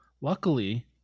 luckily